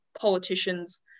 politicians